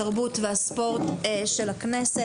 התרבות והספורט של הכנסת.